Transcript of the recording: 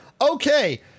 Okay